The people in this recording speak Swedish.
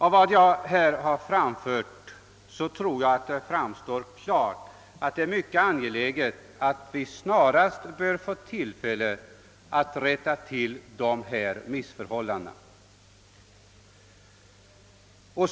Av vad jag nu anfört tror jag att det klart har framgått, att det är mycket angeläget att vi snarast får tillfälle att rätta till dessa missförhållanden.